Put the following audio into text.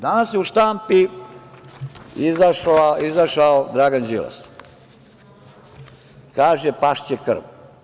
Danas je u štampi izašao Dragan Đilas, kaže: „Pašće krv“